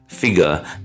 figure